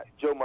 Joe